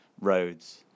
roads